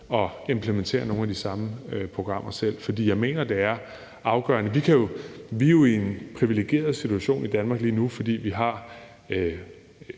implementerer nogle af de samme programmer, for jeg mener, det er afgørende. Vi er jo i en privilegeret situation i Danmark lige nu, fordi vi har